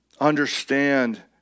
understand